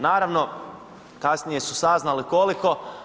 Naravno, kasnije su saznali koliko.